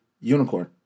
unicorn